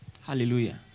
Hallelujah